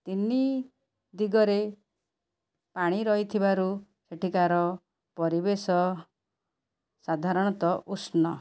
ତିନି ଦିଗରେ ପାଣି ରହିଥିବାରୁ ସେଠିକାର ପରିବେଶ ସାଧାରଣତଃ ଉଷ୍ଣ